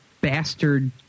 bastard